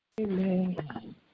Amen